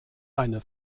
eine